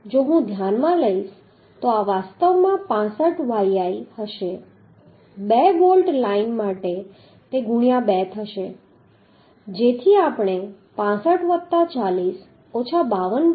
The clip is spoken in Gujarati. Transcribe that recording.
જો હું ધ્યાનમાં લઈશ તો આ વાસ્તવમાં 65 yi હશે 2 બોલ્ટ લાઇન માટે તે ગુણ્યાં 2 હશે જેથી આપણે 65 વત્તા 40 ઓછા 52